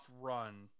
run